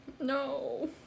No